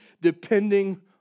depending